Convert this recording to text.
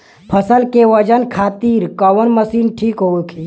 फसल के वजन खातिर कवन मशीन ठीक होखि?